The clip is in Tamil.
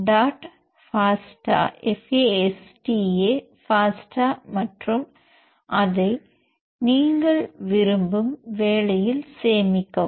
dot f a s t a fasta மற்றும் அதை நீங்கள் விரும்பும் வேலையில் சேமிக்கவும்